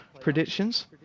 predictions